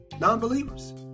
non-believers